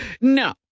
No